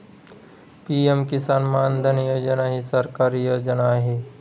PM Kisan Maandhan Yojana ही सरकारी योजना आहे